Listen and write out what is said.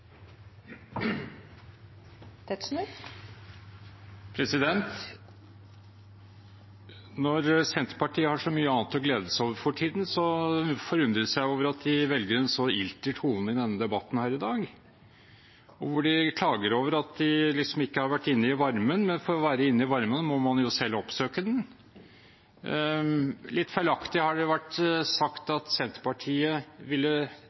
Når Senterpartiet har så mye annet å glede seg over for tiden, forundres jeg over at de velger en så ilter tone i denne debatten her i dag. De klager over at de liksom ikke har vært inne i varmen, men for å være inne i varmen må man jo selv oppsøke den. Litt feilaktig har det vært sagt at Senterpartiet ville